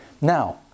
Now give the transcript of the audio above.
Now